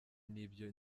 nibyo